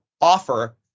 offer